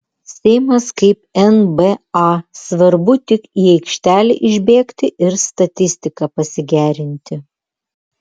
seimas kaip nba svarbu tik į aikštelę išbėgti ir statistiką pasigerinti